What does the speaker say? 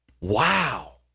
Wow